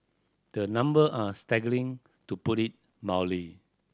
the number are staggering to put it mildly